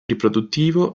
riproduttivo